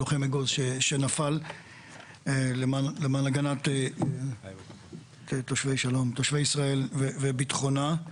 לוחם אגוז שנפל למען הגנת תושבי ישראל וביטחונה.